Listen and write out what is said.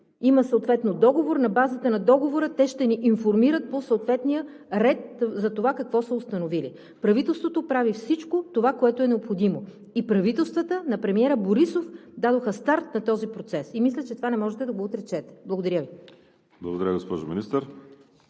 има съответно договор и на базата на договора те ще ни информират по съответния ред за това какво са установили. Правителството прави всичко това, което е необходимо, и правителствата на премиера Борисов дадоха старт на този процес. Мисля, че това не можете да го отречете. Благодаря Ви. ПРЕДСЕДАТЕЛ ВАЛЕРИ